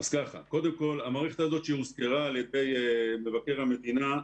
קודם כל, המערכת הזאת שהוזכרה על ידי מבקר המדינה,